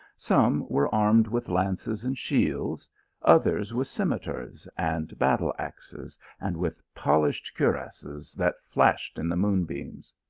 some were armed with lances and shields others with scimitars and battle-axes, and with polished cuirasses that flashed in the moon beams.